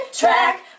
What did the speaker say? track